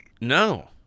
No